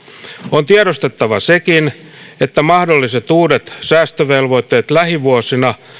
on tiedostettava sekin että mahdolliset uudet säästövelvoitteet lähivuosina